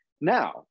Now